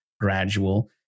gradual